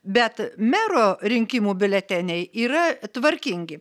bet mero rinkimų biuleteniai yra tvarkingi